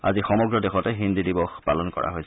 আজি সমগ্ৰ দেশতে হিন্দী দিৱস পালন কৰা হৈছে